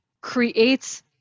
creates